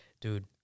Dude